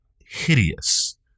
hideous